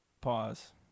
Pause